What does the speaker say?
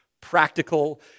practical